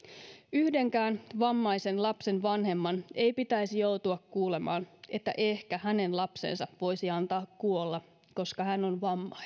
yhdenkään vammaisen lapsen vanhemman ei pitäisi joutua kuulemaan että ehkä hänen lapsensa voisi antaa kuolla koska tämä on